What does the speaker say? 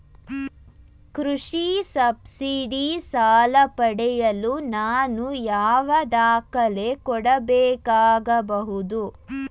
ಕೃಷಿ ಸಬ್ಸಿಡಿ ಸಾಲ ಪಡೆಯಲು ನಾನು ಯಾವ ದಾಖಲೆ ಕೊಡಬೇಕಾಗಬಹುದು?